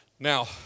Now